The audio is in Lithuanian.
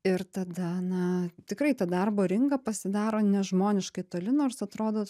ir tada na tikrai ta darbo rinka pasidaro nežmoniškai toli nors atrodo